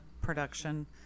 production